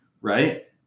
right